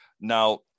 Now